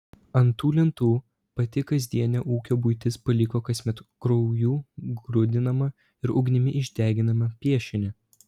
ant tų lentų pati kasdienė ūkio buitis paliko kasmet krauju grūdinamą ir ugnimi išdeginamą piešinį